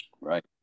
Right